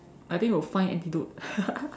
I think will find antidote